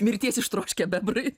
mirties ištroškę bebrai